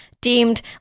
deemed